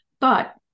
But-